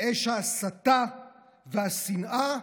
מאש ההסתה והשנאה,